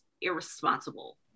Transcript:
irresponsible